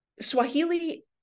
Swahili